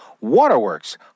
Waterworks